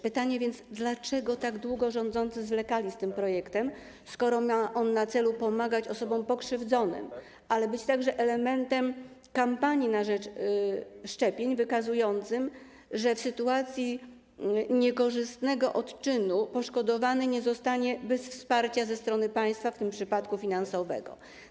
Pytanie więc, dlaczego tak długo rządzący zwlekali z tym projektem, skoro ma on na celu pomagać osobom pokrzywdzonym, ale także być elementem kampanii na rzecz szczepień wykazującym, że w sytuacji niekorzystnego odczynu poszkodowany nie zostanie bez wsparcia ze strony państwa, w tym przypadku finansowego.